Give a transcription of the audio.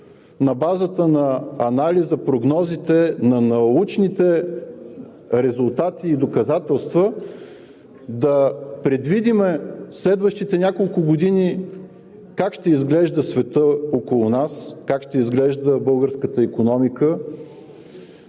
на базата на анализа, прогнозите, на научните резултати и доказателства да предвидим в следващите няколко години как ще изглежда светът около нас, как ще изглежда българската икономика,